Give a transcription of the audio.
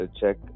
check